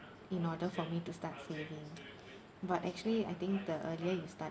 in order for me to start saving but actually I think the earlier you start